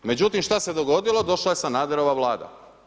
Međutim, šta se dogodilo, došla je Sanaderova Vlada.